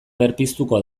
berpiztuko